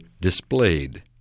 displayed